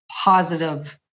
positive